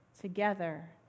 together